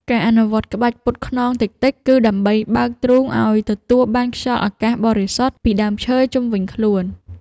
ការអនុវត្តក្បាច់ពត់ខ្នងតិចៗ គឺដើម្បីបើកទ្រូងឱ្យទទួលបានខ្យល់អាកាសបរិសុទ្ធពីដើមឈើជុំវិញខ្លួន។